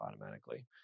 automatically